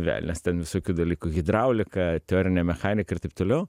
velnias ten visokių dalykų hidraulika teorinė mechanika ir taip toliau